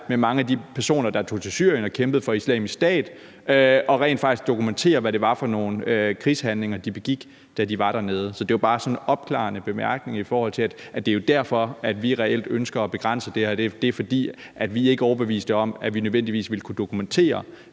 med mange af de personer, der tog til Syrien og kæmpede for Islamisk Stat, rent faktisk at dokumentere, hvad det var for nogle krigshandlinger, de medvirkede i, da de var dernede. Det var bare en opklarende bemærkning, i forhold til at det jo er derfor, at vi ønsker at begrænse det her. Det er, fordi vi ikke er overbevist om, at vi nødvendigvis vil kunne dokumentere,